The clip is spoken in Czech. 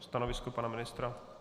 Stanovisko pana ministra?